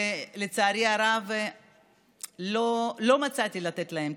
לצערי הרב לא מצאתי תשובות לתת להם.